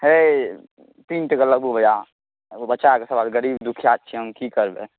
हए तीन टकऽ लगबू भैआ एगो बच्चा कऽ गरीब दुखिआ छियै हम की करबै